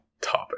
Topic